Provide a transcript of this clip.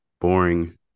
boring